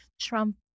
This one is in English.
Trump